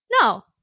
no